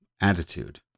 attitude